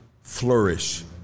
flourish